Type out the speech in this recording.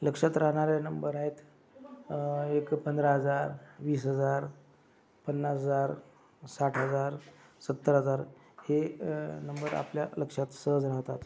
लक्षात राहणाऱ्या नंबर आहेत एक पंधरा हजार वीस हजार पन्नास हजार साठ हजार सत्तर हजार हे नंबर आपल्या लक्षात सहज राहतात